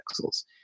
pixels